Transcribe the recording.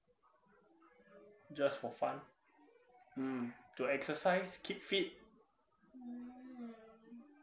just for fun to exercise keep fit